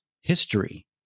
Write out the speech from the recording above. history